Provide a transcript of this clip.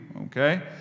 Okay